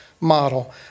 model